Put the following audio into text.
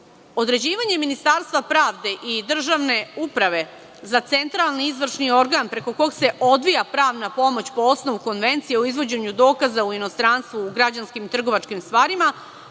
postupkom. Određivanjem Ministarstva pravde i državne uprave za centralni izvršni organ, preko kog se odvija pravna pomoć po osnovu Konvencije o izvođenju dokaza u inostranstvu u građanskim i trgovačkim stvarima,